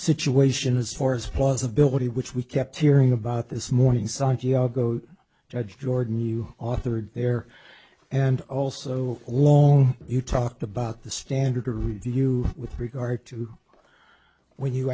situation as far as possibility which we kept hearing about this morning santiago judge jordan you authored there and also along you talked about the standard to review with regard to when you